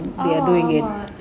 ஆமா:aamaa